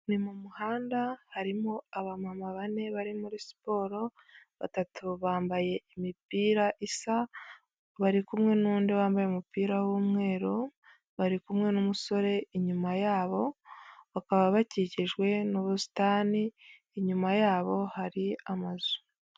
Mu muhanda harimo abamama bane bari muri siporo batatu bambaye imipira isa bari kumwe n'undi wambaye umupira w'umweru bari kumwe n'umusore inyuma yabo bakaba bakikijwe n'ubusitani inyuma yabo hari amazu.